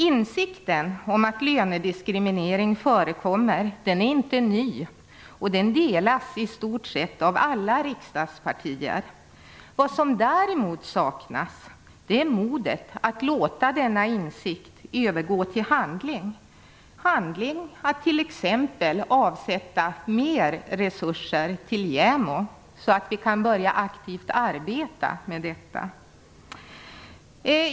Insikten om att lönediskriminering förekommer är inte ny, och den delas i stort sett av alla riksdagspartier. Vad som däremot saknas är modet att låta denna insikt övergå till handling, t.ex. att avsätta mer resurser till JämO, så att vi aktivt kan börja arbeta med detta.